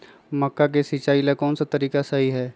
मक्का के सिचाई ला कौन सा तरीका सही है?